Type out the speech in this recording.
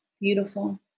beautiful